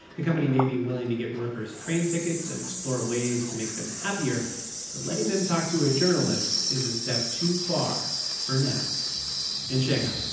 the company may be willing to get workers train tickets and explore ways to make them happier, but letting them talk to a journalist is a step too far, for now in shanghai,